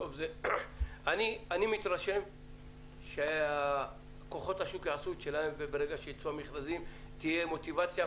אני מתרשם שכוחות השוק יעשו את שלהם וברגע שיצאו המכרזים תהיה מוטיבציה,